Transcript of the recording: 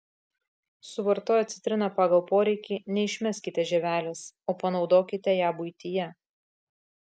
suvartoję citriną pagal poreikį neišmeskite žievelės o panaudokite ją buityje